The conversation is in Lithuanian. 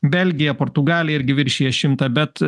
belgija portugalija irgi viršija šimtą bet